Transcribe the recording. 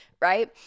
right